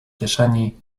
kieszeni